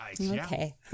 okay